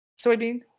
Soybean